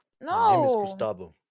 No